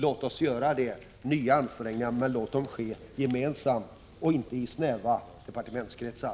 Låt oss göra nya ansträngningar, men låt dem göras gemensamt och inte i snäva departementskretsar!